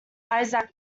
isaac